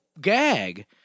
gag